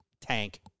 Tank